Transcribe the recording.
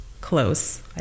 close